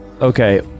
Okay